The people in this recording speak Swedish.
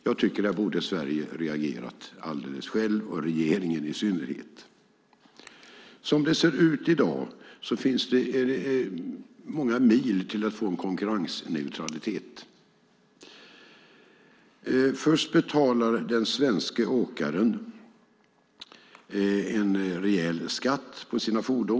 Jag tycker att Sverige självt borde ha reagerat och regeringen i synnerhet. Som det ser ut i dag är det många mil till konkurrensneutralitet. Först betalar den svenska åkaren en rejäl skatt på sina fordon.